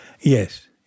Yes